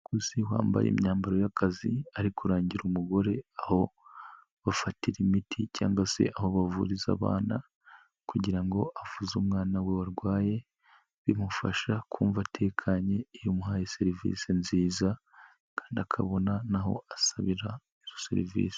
Umukozi wambaye imyambaro y'akazi ari kurangira umugore aho bafatira imiti cyangwa se aho bavuriza abana kugira ngo avuze umwana we warwaye bimufasha kumva atekanye iyo umuhaye serivis nziza kandi akabona n'aho asabira serivise.